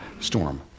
storm